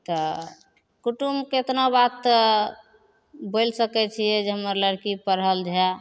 तऽ कुटुम्बके एतना बात तऽ बोलि सकै छिए जे हमर लड़की पढ़ल हइ